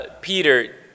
Peter